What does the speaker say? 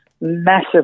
Massive